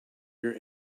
your